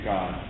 God